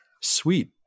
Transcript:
sweet